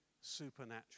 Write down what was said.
supernatural